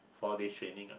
for this training uh